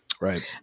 right